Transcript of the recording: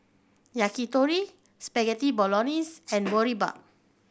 Yakitori Spaghetti Bolognese and Boribap